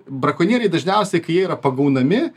brakonieriai dažniausiai kai jie yra pagaunami